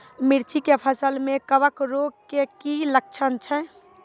मिर्ची के फसल मे कवक रोग के की लक्छण छै?